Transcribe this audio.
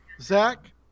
Zach